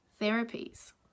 therapies